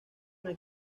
una